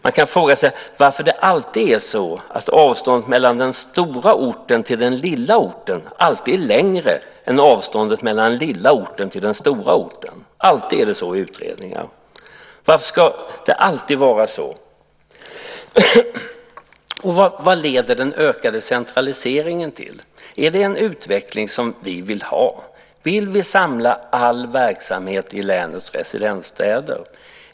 Man kan fråga sig varför avståndet mellan den stora orten och den lilla orten alltid är längre än avståndet mellan den lilla orten och den stora orten. Alltid är det så i utredningar! Varför ska det alltid vara så? Och vad leder den ökade centraliseringen till? Är det en utveckling som vi vill ha? Vill vi samla all verksamhet i länens residensstäder?